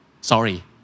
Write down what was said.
Sorry